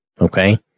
Okay